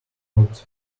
fourty